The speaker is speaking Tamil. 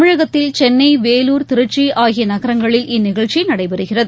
தமிழகத்தில் சென்னை வேலூர் திருச்சிய ஆகிய நகரங்களில் இந்நிகழ்ச்சி நடைபெறுகிறது